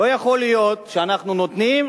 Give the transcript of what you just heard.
לא יכול להיות שאנחנו נותנים,